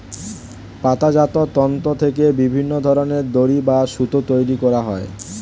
পাতাজাত তন্তু থেকে বিভিন্ন ধরনের দড়ি বা সুতো তৈরি করা হয়